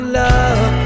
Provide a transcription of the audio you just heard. love